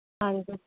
ਹਾਂਜੀ